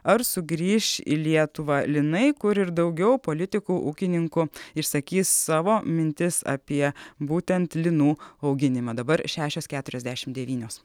ar sugrįš į lietuvą linai kur ir daugiau politikų ūkininkų išsakys savo mintis apie būtent linų auginimą dabar šešios keturiasdešim devynios